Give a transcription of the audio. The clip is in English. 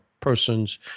persons